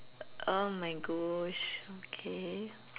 oh my Gosh okay